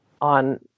on